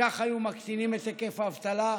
כך היו מקטינים את היקף האבטלה,